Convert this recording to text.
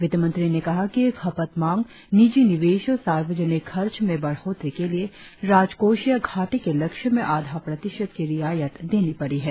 वित्त मंत्री ने कहा कि खपत मांग निजी निवेश और सार्वजनिक खर्च में बढ़ोतरी के लिए राजकोषीय घाटे के लक्ष्य में आधा प्रतिशत की रियायत देनी पड़ी है